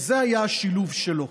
זה היה השילוב שלו,